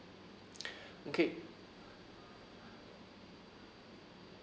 okay